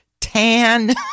tan